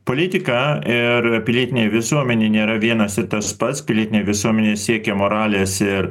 politika ir pilietinė visuomenė nėra vienas ir tas pats pilietinė visuomenė siekia moralės ir